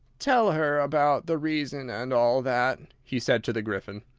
tell her about the reason and all that, he said to the gryphon.